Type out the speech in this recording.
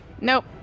Nope